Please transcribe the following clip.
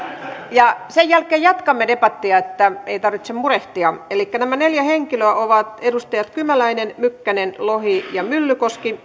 sen jälkeen jatkamme debattia ei tarvitse murehtia elikkä nämä neljä henkilöä ovat edustajat kymäläinen mykkänen lohi ja myllykoski